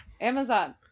amazon